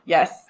Yes